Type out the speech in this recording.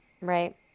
right